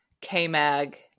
K-Mag